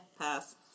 Pass